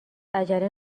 عجله